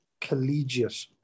collegiate